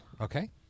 Okay